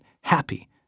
happy